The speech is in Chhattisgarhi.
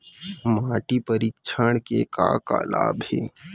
माटी परीक्षण के का का लाभ हे?